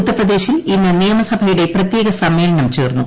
ഉത്തർപ്രദേശിൽ ഇന്ന് നിയമസഭയുടെ പ്രത്യേക സമ്മേളനം ചേർന്നു